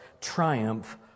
triumph